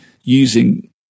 using